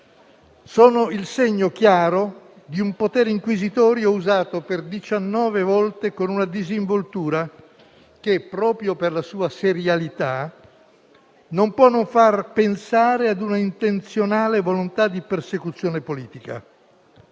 sono il segno chiaro di un potere inquisitorio usato per 19 volte con una disinvoltura che, proprio per la sua serialità, non può non far pensare a un'intenzionale volontà di persecuzione politica.